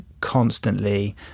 constantly